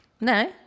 No